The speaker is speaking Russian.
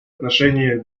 отношения